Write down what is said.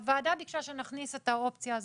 הוועדה ביקשה שנכניס את האופציה הזאת.